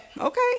okay